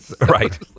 Right